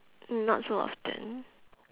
mm not so often